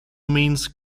means